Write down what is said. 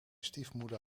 stiefmoeder